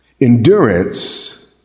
Endurance